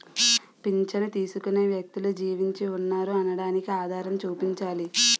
పింఛను తీసుకునే వ్యక్తులు జీవించి ఉన్నారు అనడానికి ఆధారం చూపించాలి